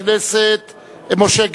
חוסר אשמה,